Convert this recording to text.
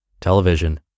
Television